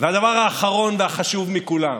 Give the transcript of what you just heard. והדבר האחרון והחשוב מכולם,